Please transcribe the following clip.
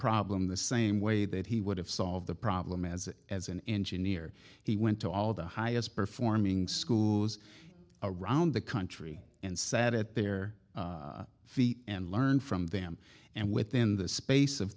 problem the same way that he would have solved the problem as as an engineer he went to all the highest performing schools around the country and sat at their feet and learn from them and within the space of